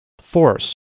force